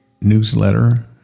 newsletter